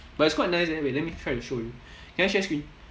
but it's quite nice eh wait let me try to show you can I share screen